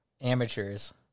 amateurs